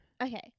Okay